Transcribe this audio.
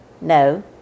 No